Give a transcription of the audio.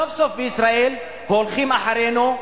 סוף-סוף בישראל הולכים אחרינו,